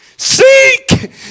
Seek